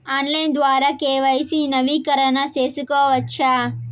Online ద్వారా KYC నవీకరణ సేసుకోవచ్చా?